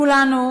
כולנו,